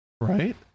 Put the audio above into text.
Right